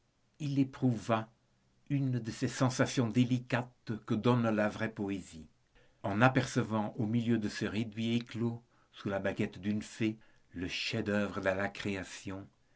il éprouva une de ces sensations délicates que donne la vraie poésie en apercevant au milieu de ce réduit éclos par la baguette d'une fée le chef-d'œuvre de la création